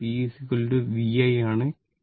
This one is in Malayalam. ഇത് p v i ആണ്